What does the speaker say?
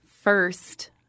first